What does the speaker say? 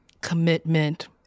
commitment